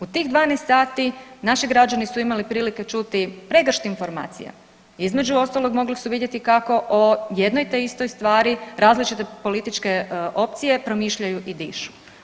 U tih 12 sati naši građani su imali prilike čuti pregršt informacija, između ostalog, mogli su vidjeti kako o jedno te istoj stvari različite političke opcije promišljaju i dišu.